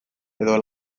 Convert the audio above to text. edo